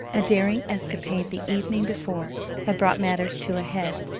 a daring escapade the evening before had brought matters to a head,